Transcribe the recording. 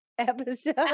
Episode